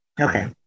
Okay